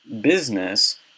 business